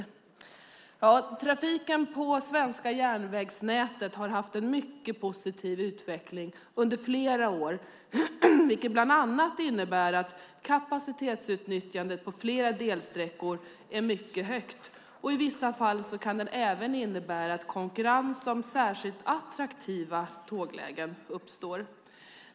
Trafiken på det svenska järnvägsnätet har haft en mycket positiv utveckling under flera år, vilket bland annat innebär att kapacitetsutnyttjandet på flera delsträckor är mycket högt och i vissa fall kan innebära konkurrens om särskilt attraktiva tåglägen.